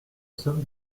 somme